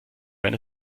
wenn